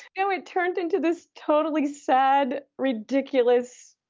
you know it turned into this totally sad, ridiculous,